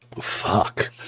Fuck